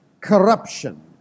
Corruption